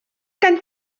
gen